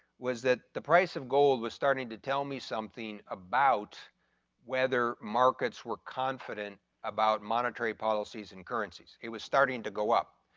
was that the price of gold was starting to tell me something about whether markets were confident about monetary policies and currencies. it was starting to go up.